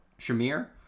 Shamir